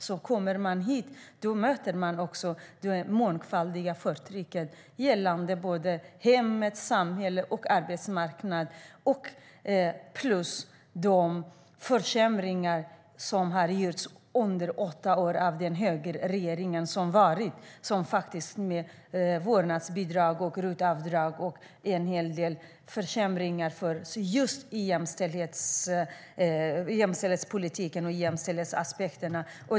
Om de kommer hit möter de en mångfald i förtrycket i form av hem, samhälle och arbetsmarknad tillsammans med de försämringar som har åstadkommits under de åtta åren med en högerregering. Det har varit fråga om vårdnadsbidrag, RUT-avdrag och en hel del försämringar i jämställdhetspolitiken.